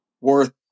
worth